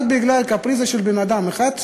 רק בגלל קפריזה של בן-אדם אחד,